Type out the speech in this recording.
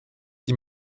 die